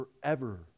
forever